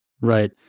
Right